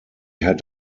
had